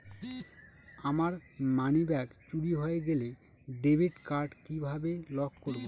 আমার মানিব্যাগ চুরি হয়ে গেলে ডেবিট কার্ড কিভাবে লক করব?